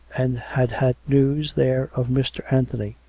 and had had news there of mr. anthony,